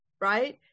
right